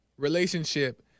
relationship